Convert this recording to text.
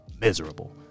miserable